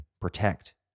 protect